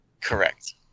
correct